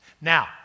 Now